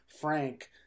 Frank